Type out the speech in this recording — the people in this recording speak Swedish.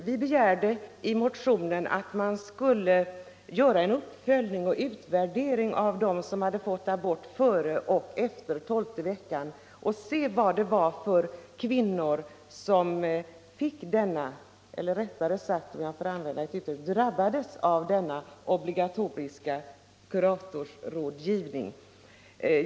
Vi begärde i motionen att man skulle göra en uppföljning och utvärdering för att utröna vad det var för kvinnor som fick abort före tolfte veckan och vad det var för kvinnor som beviljades abort efter tolfte veckan och därmed — om jag får använda det uttrycket — drabbades av den obligatoriska kuratorsrådgivningen.